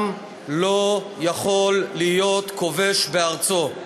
עם לא יכול להיות כובש בארצו.